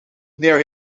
near